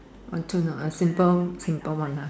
I don't know a simple simple one lah